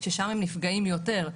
ששם הם נפגעים יותר,